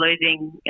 losing